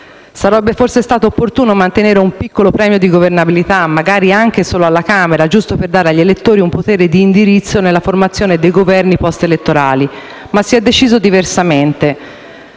Sarebbe forse stato opportuno mantenere un piccolo premio di governabilità, magari anche solo alla Camera, giusto per dare agli elettori un potere di indirizzo nella formazione dei Governi *post* elettorali, ma si è deciso diversamente.